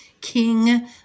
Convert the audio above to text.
King